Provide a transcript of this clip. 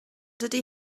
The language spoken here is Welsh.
dydy